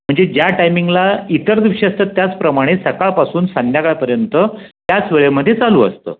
म्हणजे ज्या टाइमिंगला इतर दिवशी असतात त्याचप्रमाणे सकाळपासून संध्याकाळपर्यंत त्याच वेळेमध्ये चालू असतं